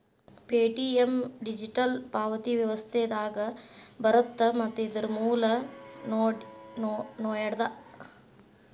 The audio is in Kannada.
ಪೆ.ಟಿ.ಎಂ ಡಿಜಿಟಲ್ ಪಾವತಿ ವ್ಯವಸ್ಥೆದಾಗ ಬರತ್ತ ಮತ್ತ ಇದರ್ ಮೂಲ ನೋಯ್ಡಾ